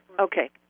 Okay